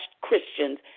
Christians